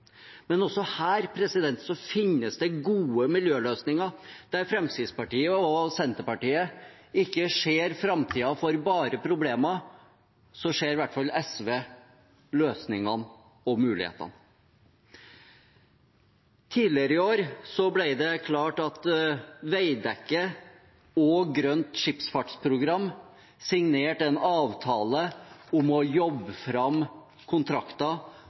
Men også her finnes det gode miljøløsninger. Der Fremskrittspartiet og Senterpartiet ikke ser framtiden for bare problemer, ser i hvert fall SV løsningene og mulighetene. Tidligere i år ble det klart at Veidekke og Grønt Skipsfartsprogram signerte en avtale om å jobbe fram kontrakter